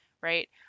right